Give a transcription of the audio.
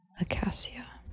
acacia